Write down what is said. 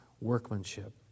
workmanship